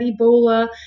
Ebola